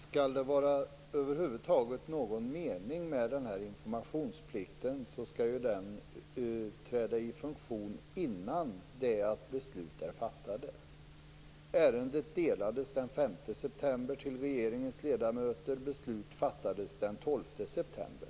Fru talman! Om det över huvud taget skall vara någon mening med den här informationsplikten skall den träda i funktion innan beslut är fattade. Ärendet delades den 5 september till regeringens ledamöter. Beslut fattades den 12 september.